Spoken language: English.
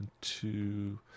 two